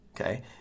okay